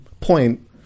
point